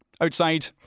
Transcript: Outside